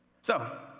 so,